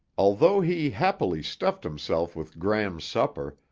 although he happily stuffed himself with gram's supper,